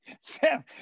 Sam